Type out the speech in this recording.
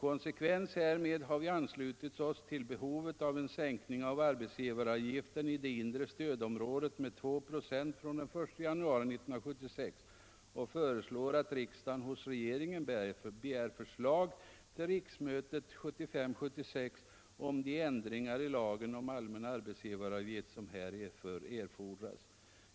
I konsekvens härmed har vi anslutit oss till förslaget om en sänkning av arbetsgivaravgiften i det inre stödområdet med 2 96 från den 1 januari 1976 och föreslår att riksdagen hos regeringen begär förslag till riksmötet 1975/76 om de ändringar i lagen om allmän arbetsgivaravgift som härför erfordras.